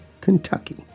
Kentucky